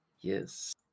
Yes